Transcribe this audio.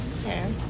Okay